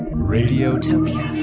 radiotopia